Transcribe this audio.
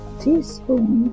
teaspoon